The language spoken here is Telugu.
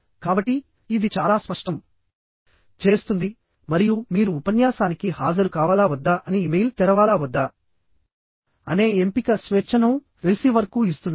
కాబట్టి ఇది చాలా స్పష్టం చేస్తుంది మరియు మీరు ఉపన్యాసానికి హాజరు కావాలా వద్దా అని ఇమెయిల్ తెరవాలా వద్దా అనే ఎంపిక స్వేచ్ఛను రిసీవర్కు ఇస్తున్నారు